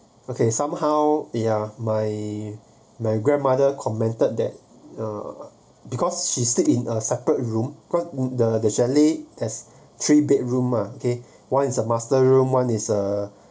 okay somehow they are my my grandmother commented that uh because she stayed in a separate room the the chalet has three bedroom ah okay one is a master room one is a